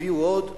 הביאו עוד,